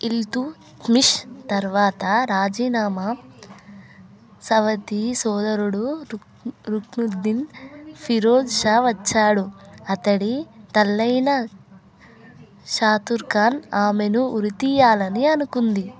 ఇల్తుత్మిష్ తర్వాత రాజీనామా సవతి సోదరుడు రుక్ రుక్నుద్దీన్ ఫిరోజ్ షా వచ్చాడు అతడి తల్లయిన షాతుర్కాన్ ఆమెను ఉరి తీయాలని అనుకుంది